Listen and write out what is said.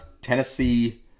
Tennessee